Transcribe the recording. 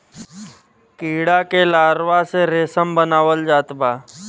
कीड़ा के लार्वा से रेशम बनावल जात बा